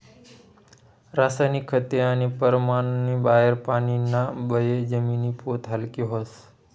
रासायनिक खते आणि परमाननी बाहेर पानीना बये जमिनी पोत हालकी व्हस